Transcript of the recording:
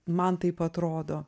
man taip atrodo